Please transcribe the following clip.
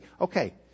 Okay